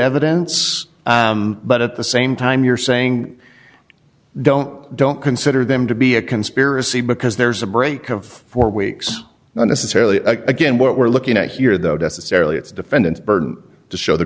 evidence but at the same time you're saying don't don't consider them to be a conspiracy because there's a break of four weeks not necessarily a again what we're looking at here though desa sara lee it's defendant burden to show the